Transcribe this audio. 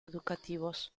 educativos